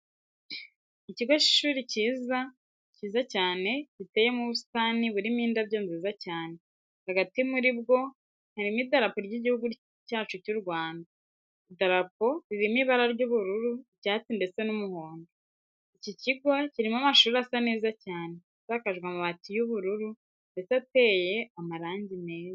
Ikigo cy'ishuri cyiza cyane giteyemo ubusitani burimo indabyo nziza cyane, hagati muri bwo harimo idarapo ry'igihugu cyacu cy'u Rwanda. Idarapo ririmo ibara ry'ubururu, icyatsi ndetse n'umuhondo. Iki kigo kirimo amashuri asa neza cyane, asakajwe amabati y'ubururu ndetse ateye amarangi meza.